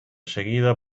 seguida